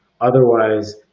Otherwise